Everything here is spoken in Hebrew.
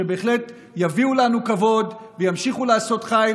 שבהחלט יביאו לנו כבוד וימשיכו לעשות חיל,